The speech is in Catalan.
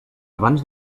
abans